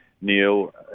neil